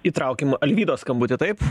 įtraukim alvydo skambutį taip